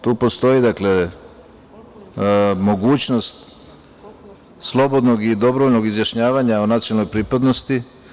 Tu postoji, dakle, mogućnost slobodnog i dobrovoljnog izjašnjavanja o nacionalnoj pripadnosti.